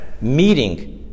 meeting